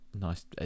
nice